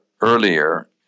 earlier